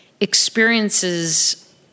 experiences